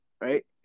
right